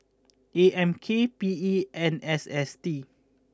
A M K P E and S S T